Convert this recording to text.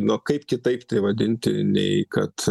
na o kaip kitaip tai vadinti nei kad